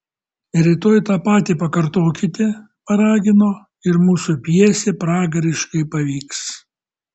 rytoj tą patį pakartokite paragino ir mūsų pjesė pragariškai pavyks